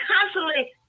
constantly